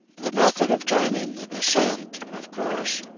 the method of timing the descent, of course,